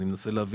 אני מנסה להבין.